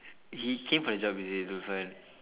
he came for this job is it for fun